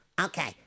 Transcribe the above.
okay